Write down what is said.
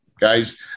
Guys